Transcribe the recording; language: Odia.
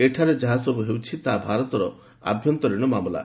ଏଠାରେ ଯାହା ସବୁ ହେଉଛି ତାହା ଭାରତର ଆଭ୍ୟନ୍ତରୀଣ ମାମଲା